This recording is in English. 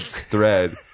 thread